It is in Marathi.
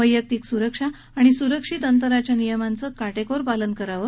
वैयक्तिक स्रक्षा आणि स्रक्षित अंतराच्या नियमांचं कोटेकोर पालन करावं